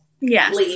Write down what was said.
Yes